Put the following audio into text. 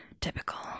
Typical